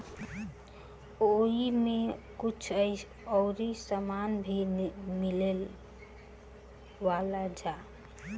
ओइमे कुछ अउरी सामान भी मिलावल जाला